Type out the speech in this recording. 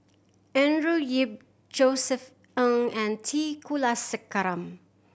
Andrew Yip Josef Ng and T Kulasekaram